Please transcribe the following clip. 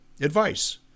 advice